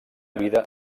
vida